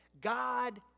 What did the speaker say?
God